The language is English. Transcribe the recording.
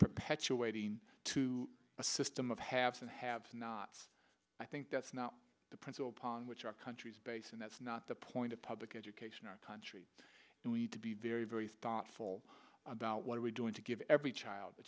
perpetuating to a system of have and have nots i think that's not the principal pond which our country's base and that's not the point of public education our country and we need to be very very thoughtful about what are we doing to give every child a